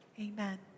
Amen